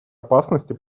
опасности